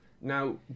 Now